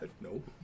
Nope